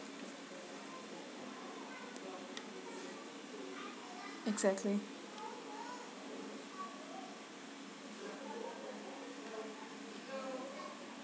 exactly